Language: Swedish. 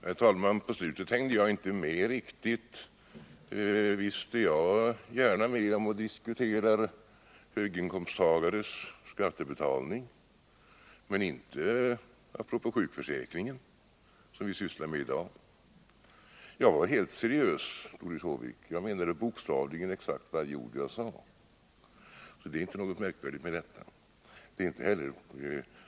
Herr talman! På slutet hängde jag inte med riktigt. Jag är gärna med om att diskutera höginkomsttagares skattebetalning men inte apropå sjukförsäkringen, som vi i dag sysslar med. Jag var helt seriös, Doris Håvik. Jag menade bokstavligen exakt varje ord jag sade. Det är inte någonting märkvärdigt med detta.